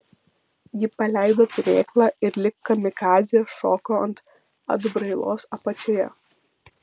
ji paleido turėklą ir lyg kamikadzė šoko ant atbrailos apačioje